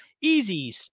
easy